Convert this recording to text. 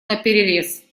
наперерез